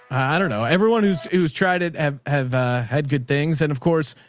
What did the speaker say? i dunno everyone. who's who's tried. it have had good things. and of course